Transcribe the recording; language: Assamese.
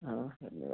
অঁ ধন্যবাদ